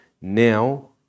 now